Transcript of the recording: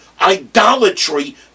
idolatry